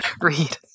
read